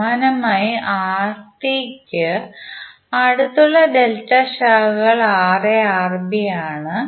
സമാനമായി R3 കു അടുത്തുള്ള ഡെൽറ്റ ശാഖകൾ ആണ്